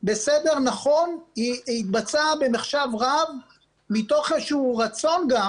בסדר נכון התבצעה במחשב רב מתוך איזה שהוא רצון גם